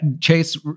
Chase